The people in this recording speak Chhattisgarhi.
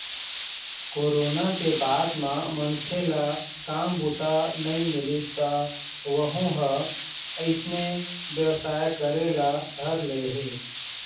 कोरोना के बाद म मनखे ल काम बूता नइ मिलिस त वहूँ ह अइसने बेवसाय करे ल धर ले हे